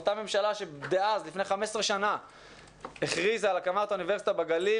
ממשלה שלפני 15 שנה הכריזה על הקמת אוניברסיטה בגליל,